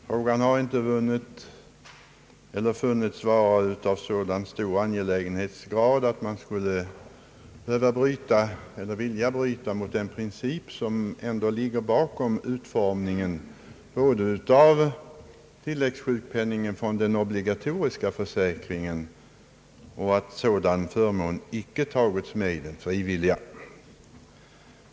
Frågan har inte befunnits vara så angelägen att man velat bryta mot den princip som ändå ligger bakom utformningen av tilläggssjukpenningen från den obligatoriska försäkringen och som leder till att tilläggssjukpenning vid barnsbörd inte tagits med i den frivilliga sjukförsäkringen.